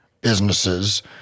businesses